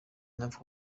ntapfa